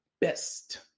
best